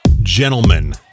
Gentlemen